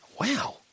Wow